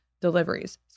deliveries